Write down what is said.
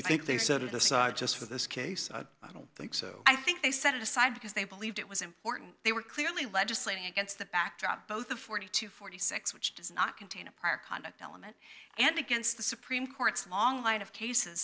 you think they set it aside just for this case i don't think so i think they set it aside because they believed it was important they were clearly legislating against the backdrop both the forty to forty six which does not contain a prior conduct element and against the supreme court's long line of cases